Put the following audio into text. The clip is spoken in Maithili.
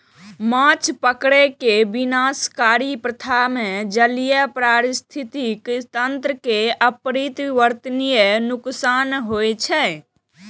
माछ पकड़ै के विनाशकारी प्रथा मे जलीय पारिस्थितिकी तंत्र कें अपरिवर्तनीय नुकसान होइ छै